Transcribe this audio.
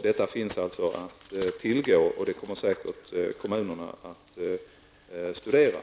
Detta material finns att tillgå, och det kommer kommunerna säkerligen att studera.